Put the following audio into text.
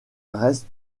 reste